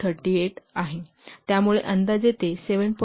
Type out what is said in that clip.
38 आहे त्यामुळे अंदाजे ते 7